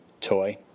toy